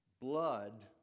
blood